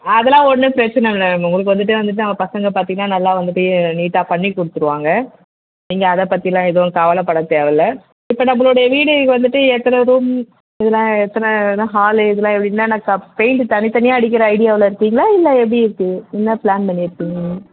அதெல்லாம் ஒன்றும் பிரச்சனை இல்லை மேம் உங்களுக்கு வந்துவிட்டு வந்துவிட்டு நம்ப பசங்க பார்த்தீங்கன்னா நல்லா வந்துவிட்டு நீட்டாக பண்ணி கொடுத்துடுவாங்க நீங்கள் அதை பற்றிலாம் எதுவும் கவலை பட தேவால்ல இப்போ நம்பளோடைய வீடு வந்துவிட்டு எத்தனை ரூம் இதெலாம் எத்தன எல்லாம் ஹாலு இதெலாம் என்னான்ன கப் பெயிண்ட் தனி தனியாக அடிக்கிற ஐடியாவில் இருக்கீங்களா இல்லை எப்படி இருக்கு என்ன பிளான் பண்ணிருக்கீங்க